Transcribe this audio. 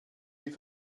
die